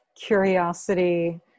curiosity